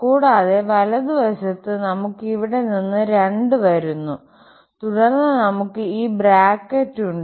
കൂടാതെ വലതുവശത്ത് നമുക് ഇവിടെ നിന്ന് 2 വരുന്നു തുടർന്ന് നമുക് ഈ ബ്രാക്കറ്റ് ഉണ്ട്